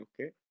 Okay